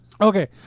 Okay